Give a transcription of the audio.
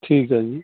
ਠੀਕ ਹੈ ਜੀ